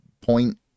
point